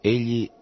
Egli